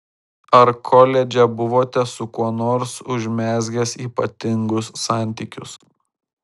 ar koledže buvote su kuo nors užmezgęs ypatingus santykius